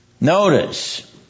Notice